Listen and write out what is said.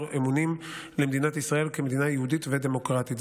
אמונים למדינת ישראל כמדינה יהודית ודמוקרטית.